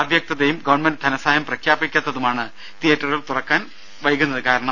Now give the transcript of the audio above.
അവ്യക്തതയും government ധനസഹായം പ്രഖ്യാപിക്കാത്തതുമാണ് തിയേറ്ററുകൾ തുറക്കുന്നത് വൈകാൻ കാരണം